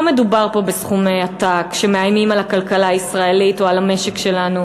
לא מדובר פה בסכומי עתק שמאיימים על הכלכלה הישראלית או על המשק שלנו.